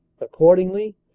Accordingly